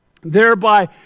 Thereby